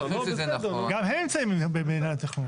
גם הם נמצאים במינהל התכנון.